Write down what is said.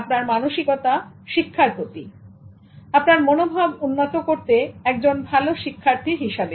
আপনার মনোভাব উন্নত করতে একজন ভাল শিক্ষার্থী হিসেবে